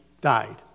died